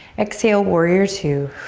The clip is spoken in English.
exhale, warrior two.